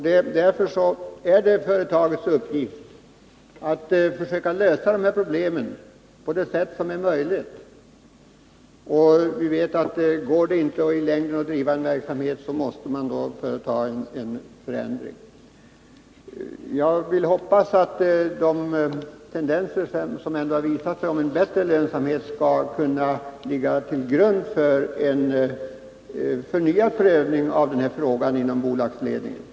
Det är företagets uppgift att försöka lösa problemen på det sätt som är möjligt. Vi vet att om det i längden inte går att driva en verksamhet med lönsamhet, då måste någon förändring företas. Jag hoppas att de tendenser till bättre lönsamhet som ändå har visat sig skall kunna ligga till grund för en förnyad prövning av den här frågan inom bolagsledningen.